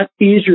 easier